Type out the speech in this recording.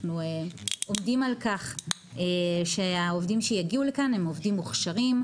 אנחנו עובדים על כך שהעובדים שיגיעו לכאן הם עובדים מוכשרים,